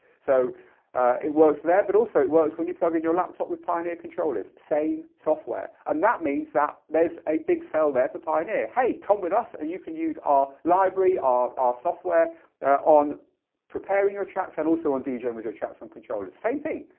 so it works there, but also it works when you plug in your laptop with pioneer controllers. same software and that means that there's a big sale there for pioneer, hey come with us and you can use our library, our our software on preparing your tracks and also and on djing and with your tracks on controllers, same thing.